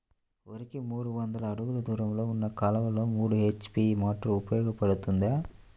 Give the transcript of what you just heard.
వరికి మూడు వందల అడుగులు దూరంలో ఉన్న కాలువలో మూడు హెచ్.పీ మోటార్ ఉపయోగపడుతుందా?